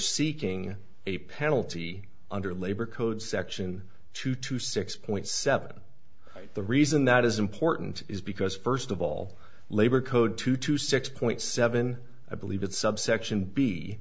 seeking a penalty under labor code section two to six point seven the reason that is important is because first of all labor code two to six point seven i believe that subsection b